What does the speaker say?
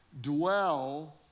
dwell